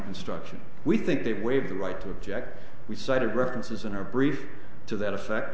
instruction we think they waive the right to object we cited references in our brief to that effect